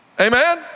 Amen